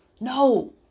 No